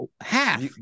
half